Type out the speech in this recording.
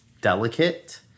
Delicate